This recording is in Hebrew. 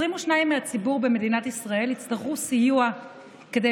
22% מהציבור במדינת ישראל יצטרכו סיוע כדי